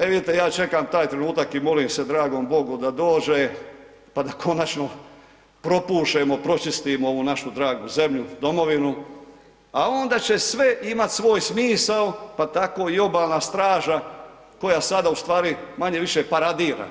E vidite, ja čekam taj trenutak i molim se dragom Bogu da dođe, pa da konačno propušemo, pročistimo ovu našu dragu zemlju, domovinu, a onda će sve imat svoj smisao, pa tako i obalna straža koja sada ustvari manje-više paradira,